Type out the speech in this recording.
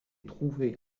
trouvés